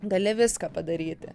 gali viską padaryti